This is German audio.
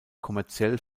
kommerziell